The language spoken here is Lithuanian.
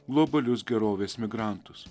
globalius gerovės migrantus